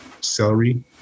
celery